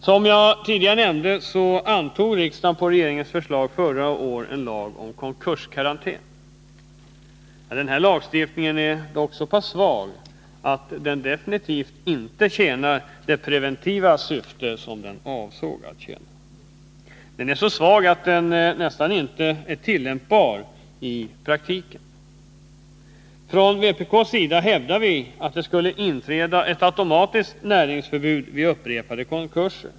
Som jag Nr 147 tidigare nämnde antog riksdagen, på regeringens förslag, förra året en lag om konkurskarantän. Denna lagstiftning är dock så pass svag att den definitivt inte tjänar det preventiva syfte som den avsåg att tjäna. Den är så svag att den nästan inte är tillämpbar i praktiken. Från vpk:s sida hävdade vi att det skulle inträda ett automatiskt näringsförbud vid upprepade konkurser.